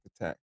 attack